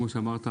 כמו שאמרת,